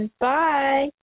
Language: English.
Bye